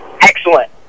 Excellent